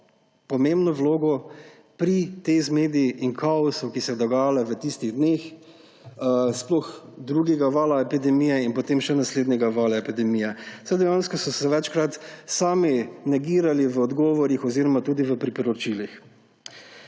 pomembno vlogo pri tej medi in kaosu, ki se je dogajal v tistih dneh, sploh drugega vala epidemije in potem še naslednjega vala epidemije, saj so se dejansko večkrat sami negirali v odgovorih oziroma tudi v priporočilih.